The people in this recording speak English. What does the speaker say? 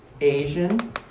Asian